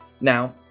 Now